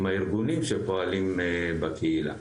עם הארגונים שפועלים בקהילה.